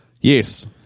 Yes